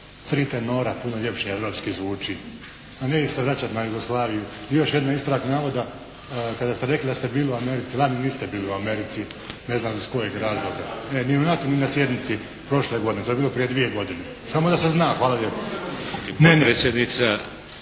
tenora, puno ljepše europski zvuči. A ne se vraćati na Jugoslaviju. I još jedan ispravak navoda kada ste rekli da ste bili u Americi. Lani niste bili u Americi. Ne znam iz kojeg razloga. Ne, ni u NATO-u, ni na sjednici prošle godine. To je bilo prije dvije godine. Samo da se zna. Hvala lijepo.